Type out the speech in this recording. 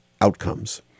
outcomes